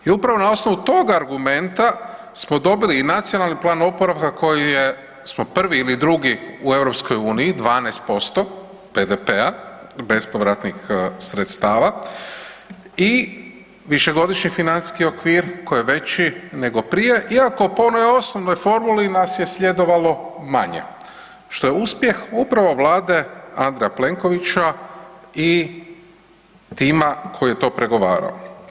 I upravo na osnovu tog argumenta smo dobili i Nacionalni plan oporavka koji smo prvi ili drugi u EU 12% BDP-a, bespovratnih sredstava i višegodišnji financijski okvir koji je veći nego prije, iako po onoj osnovnoj formuli nas je sljedovalo manje, što je uspjeh upravo vlade Andreja Plenkovića i tima koji je to pregovarao.